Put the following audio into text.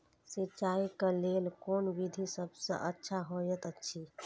सिंचाई क लेल कोन विधि सबसँ अच्छा होयत अछि?